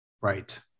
Right